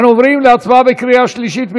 אנחנו עוברים להצבעה בקריאה שלישית.